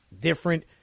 Different